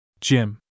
Jim